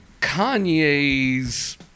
Kanye's